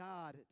God